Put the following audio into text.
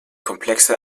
komplexe